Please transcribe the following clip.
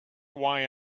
why